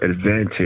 advantage